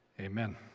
amen